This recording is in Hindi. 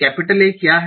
A क्या है